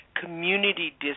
community